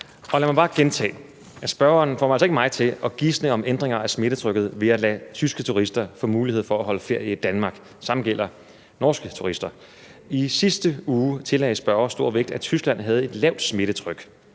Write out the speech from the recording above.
Lad mig bare gentage, at spørgeren altså ikke får mig til at gisne om ændringer af smittetrykket ved at lade tyske turister få mulighed for at holde ferie i Danmark. Det samme gælder norske turister. I sidste uge tillagde spørgeren det stor vægt, at Tyskland havde et lavt smittetryk.